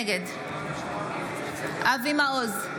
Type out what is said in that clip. נגד אבי מעוז,